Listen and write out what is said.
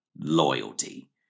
loyalty